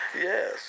Yes